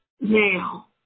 now